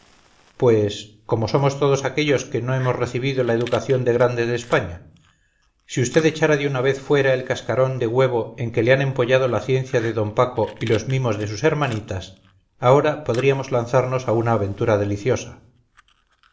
pues como somos todos aquellos que no hemos recibido la educación de grandes de españa si vd echara de una vez fuera el cascarón de huevo en que le ha empollado la ciencia de d paco y los mimos de sus hermanitas ahora podríamos lanzarnos a una aventura deliciosa